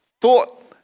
thought